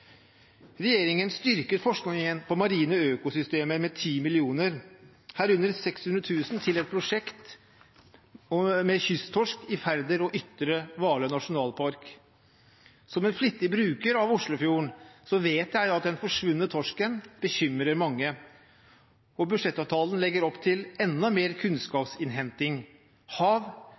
Regjeringen styrker forskningen på marine økosystemer med 10 mill. kr, herunder 600 000 kr til et prosjekt om kysttorsk i Færder og Ytre Hvaler nasjonalparker. Som en flittig bruker av Oslofjorden vet jeg at den forsvunne torsken bekymrer mange, og budsjettavtalen legger opp til enda mer kunnskapsinnhenting. Hav